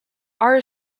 are